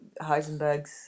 Heisenberg's